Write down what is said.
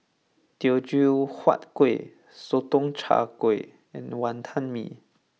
Teochew Huat Kuih Sotong Char Kway and Wantan Mee